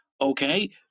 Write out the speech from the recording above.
okay